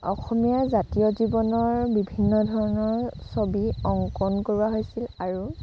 অসমীয়া জাতীয় জীৱনৰ বিভিন্ন ধৰণৰ ছবি অংকন কৰাোৱা হৈছিল আৰু